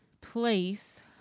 place